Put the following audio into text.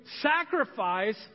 sacrifice